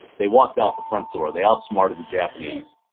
they walked out the front door. they outsmarted the japanese.